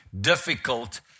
difficult